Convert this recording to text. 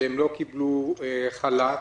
שהם לא קיבלו חל"ת